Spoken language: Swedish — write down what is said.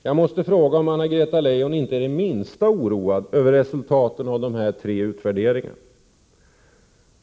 Jag måste fråga Anna-Greta Leijon om hon inte är det minsta oroad över resultaten av de tre nämnda utvärderingarna.